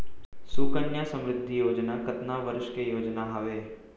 सुकन्या समृद्धि योजना कतना वर्ष के योजना हावे?